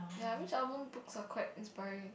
ya Mitch-Albom books are quite inspiring